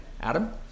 Adam